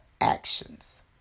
actions